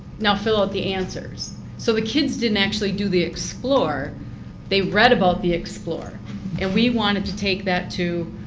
now fill out the answers. so the kids didn't actually do the explore they read about the explore and we wanted to take that to,